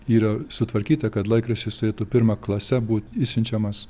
yra sutvarkyta kad laikraštis turėtų pirma klase būt išsiunčiamas